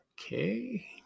Okay